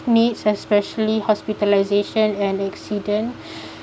needs especially hospitalisation and accident